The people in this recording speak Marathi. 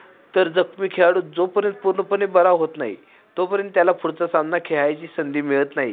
तर जखमी खेळाडू जोपर्यंत पूर्णपणे बरा होत नाही तोपर्यंत त्याला पुढचा सामना खेळायची संधी मिळत नाही